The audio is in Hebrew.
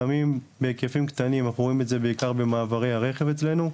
סמים בהיקפים קטנים אנחנו רואים את זה בעיקר במעברי הרכב אצלנו,